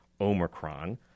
Omicron